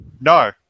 No